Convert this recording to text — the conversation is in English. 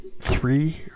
three